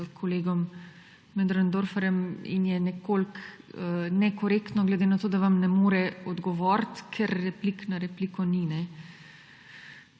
s kolegom Möderndorferjem. In je nekoliko nekorektno, ker vam ne more odgovoriti, ker replike na repliko ni.